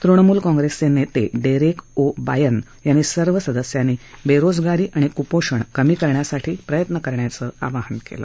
तृणमूल काँग्रेसचे नेते Derek O'Brien यांनी सर्व सदस्यांनी बेरोजगारी आणि कुपोषण कमी करण्यासाठी प्रयत्न करण्याचं आवाहन केलं